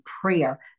prayer